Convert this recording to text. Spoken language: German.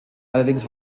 allerdings